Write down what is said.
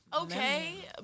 Okay